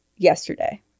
yesterday